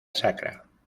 sacra